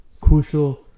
crucial